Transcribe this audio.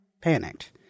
panicked